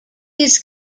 his